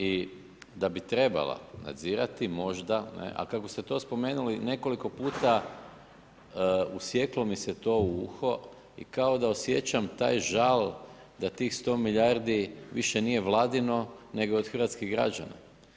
I da bi trebala nadzirati, možda, a kako ste to spomenuli nekoliko puta usjeklo mi se to u uho i kao da osjećam taj žal da tih 100 milijardi više nije vladino, nego od hrvatskih građana.